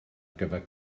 gyfer